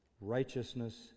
righteousness